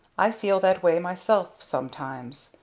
i feel that way myself sometimes.